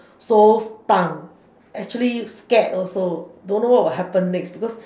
so stunned actually scared also don't know what will happen next because